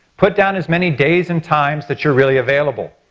put down as many days and times that you're really available.